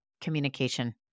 communication